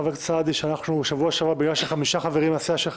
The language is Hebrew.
חבר הכנסת סעדי שבשבוע שעבר מכיוון שחמישה חברים מהסיעה שלך